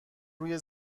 روی